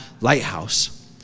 lighthouse